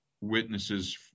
witnesses